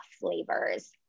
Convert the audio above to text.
flavors